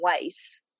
ways